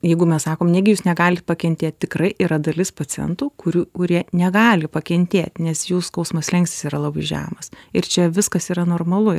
jeigu mes sakom negi jūs negalit pakentėt tikrai yra dalis pacientų kurių kurie negali pakentėt nes jų skausmo slenkstis yra labai žemas ir čia viskas yra normalu